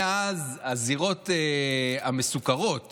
מאז הזירות המסוקרות